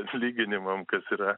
atlyginimam kas yra